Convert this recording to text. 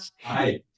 Hi